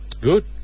good